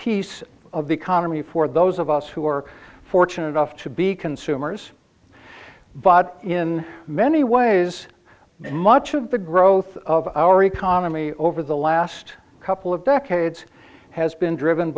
piece of the economy for those of us who are fortunate enough to be consumers but in many ways much of the growth of our economy over the last couple of decades has been driven